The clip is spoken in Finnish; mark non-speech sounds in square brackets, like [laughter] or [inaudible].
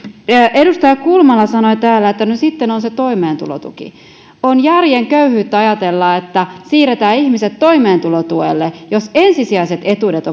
edustaja kulmala sanoi täällä että no sitten on se toimeentulotuki on järjen köyhyyttä ajatella että siirretään ihmiset toimeentulotuelle jos ensisijaiset etuudet [unintelligible]